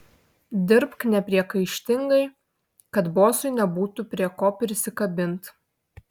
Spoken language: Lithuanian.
dirbk nepriekaištingai kad bosui nebūtų prie ko prisikabint